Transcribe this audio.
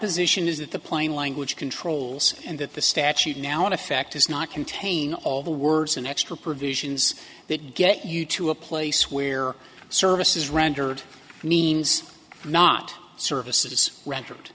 position is that the plain language controls and that the statute now in effect does not contain all the words an extra provisions that get you to a place where services rendered means not services rendered